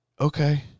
okay